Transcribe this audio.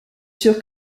sûr